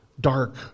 dark